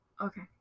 okay